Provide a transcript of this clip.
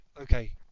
okay